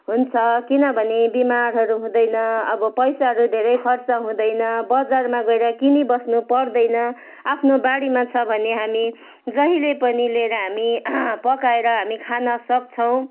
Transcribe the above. हुन्छ किनभने बिमारहरू हुँदैन अब पैसारू धेरै खर्च हुँदैन बजारमा गएर किनिबस्नु पर्दैन आफ्नो बारीमा छ भने हामी जहिले पनि लिएर हामी पकाएर हामी खान सक्छौँ